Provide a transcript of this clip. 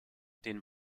den